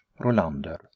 Rolander